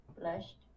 blushed